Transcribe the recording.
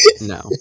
No